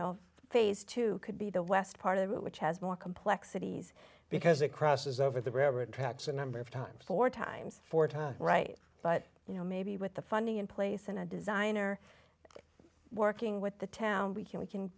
know phase two could be the west part of it which has more complexities because it crosses over the river and tracks a number of times four times four times right but you know maybe with the funding in place and a designer working with the town we can we can